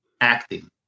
acting